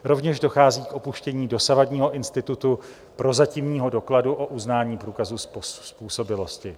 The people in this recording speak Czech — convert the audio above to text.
Rovněž dochází k opuštění dosavadního institutu prozatímního dokladu o uznání průkazu způsobilosti.